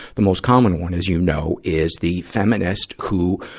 the most common one, as you know, is the feminist who,